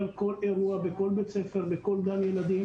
כל אירוע בכל בית ספר ובכל גן ילדים.